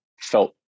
felt